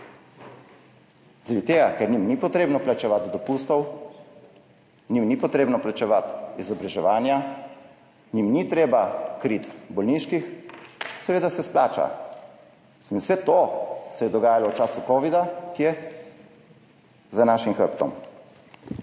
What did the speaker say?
Zaradi tega ker njim ni potrebno plačevati dopustov, njim ni potrebno plačevati izobraževanj, njim ni treba kriti bolniških. Seveda se splača. In vse to se je dogajalo v času covida – kje? Za našim hrbtom.